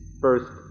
first